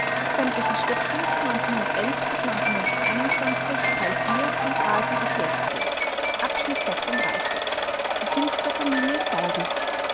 gemeinde berliner volks-zeitung die künstlerfamilie seidel